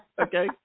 Okay